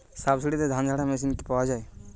সাবসিডিতে ধানঝাড়া মেশিন কি পাওয়া য়ায়?